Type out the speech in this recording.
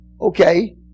Okay